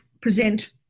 present